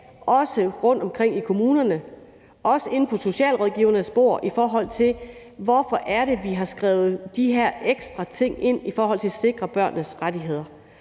også rundtomkring i kommunerne og inde på socialrådgivernes bord, i forhold til hvorfor vi har skrevet de her ekstra ting ind for at sikre børnenes rettigheder.